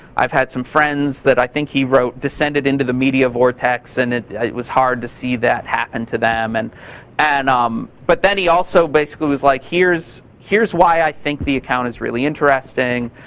i've had some friends that i think, he wrote, descended into the media vortex and it was hard to see that happen to them. and and um but then he also basically was like, here's here's why i think the account is really interesting.